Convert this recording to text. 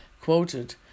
quoted